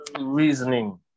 reasoning